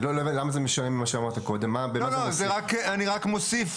אני לא מייצג